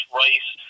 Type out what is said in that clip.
rice